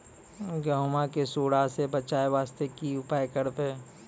गहूम के सुंडा से बचाई वास्ते की उपाय करबै?